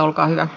olkaa hyvä